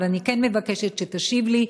אבל אני כן מבקשת שתשיב לי,